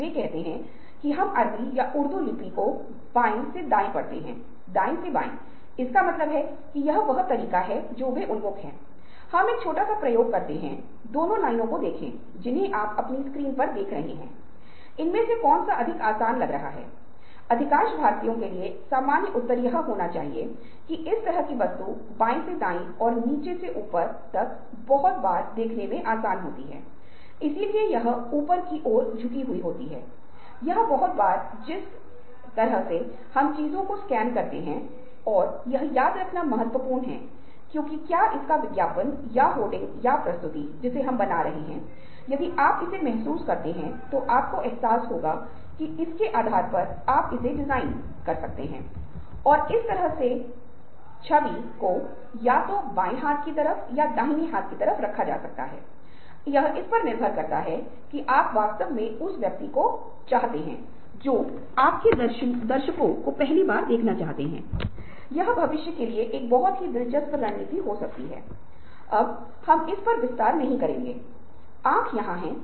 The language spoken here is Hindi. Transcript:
तो ये विचार आपको वैकल्पिक उपयोग देंगे और आपको यह विचार प्रदान करेंगे कि आप जो विचार उत्पन्न करेंगे वह अधिक धाराप्रवाह है और इसी तरह क्या यह विचार मूल है या नही जानने के लिए इस समूह का 5 प्रतिशत जिस पर विचार किया जाता है अगर 5 प्रतिशत समूह के सदस्यों द्वारा विचार दिए गए हैं वे निश्चित रूप से सामान्य हैं